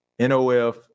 NOF